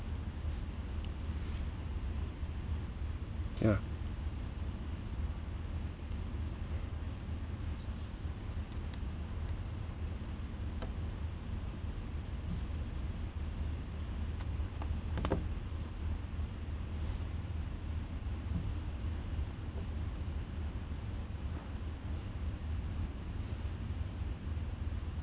yeah